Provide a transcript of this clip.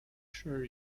sure